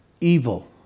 evil